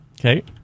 Okay